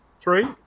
Three